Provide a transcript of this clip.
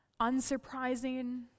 unsurprising